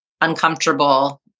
uncomfortable